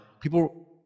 People